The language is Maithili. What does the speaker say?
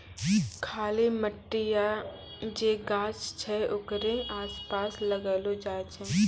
खाली मट्टी या जे गाछ छै ओकरे आसपास लगैलो जाय छै